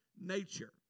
nature